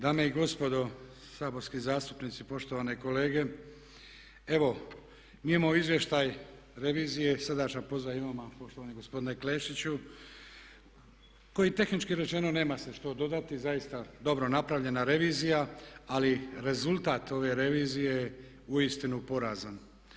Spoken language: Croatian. Dame i gospodo saborski zastupnici poštovane kolege evo mi imamo izvještaj revizije, srdačan pozdrav i vama poštovani gospodine Klešiću, koji tehnički rečeno nema se što dodati, zaista je dobro napravljena revizija ali rezultat ove revizije je uistinu porazan.